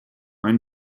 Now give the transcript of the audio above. ein